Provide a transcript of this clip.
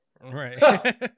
Right